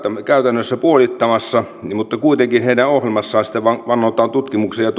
käytännössä puolittamassa mutta kuitenkin heidän ohjelmassaan sitten vannotaan tutkimuksen ja